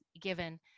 given